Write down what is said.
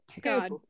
God